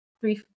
three